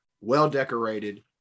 well-decorated